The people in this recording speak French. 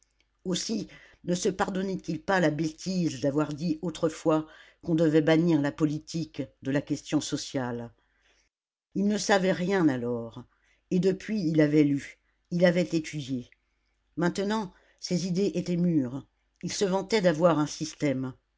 aussi ne se pardonnait il pas la bêtise d'avoir dit autrefois qu'on devait bannir la politique de la question sociale il ne savait rien alors et depuis il avait lu il avait étudié maintenant ses idées étaient mûres il se vantait d'avoir un système